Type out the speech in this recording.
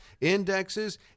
indexes